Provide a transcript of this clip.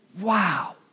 wow